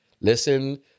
Listen